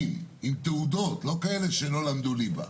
בוא נקרא לזה,